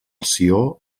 sió